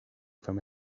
from